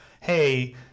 hey